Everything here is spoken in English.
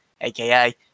aka